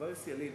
חבר הכנסת ילין,